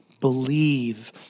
believe